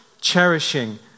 Cherishing